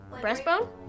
breastbone